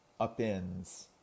upends